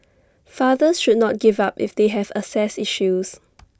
fathers should not give up if they have access issues